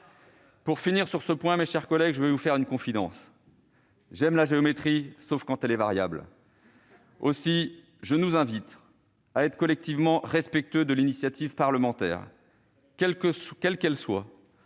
Pour finir sur ce point, mes chers collègues, je vais vous faire une confidence : j'aime la géométrie, sauf quand elle est variable. Aussi, je nous invite à être collectivement respectueux de l'initiative parlementaire, quelle qu'elle soit,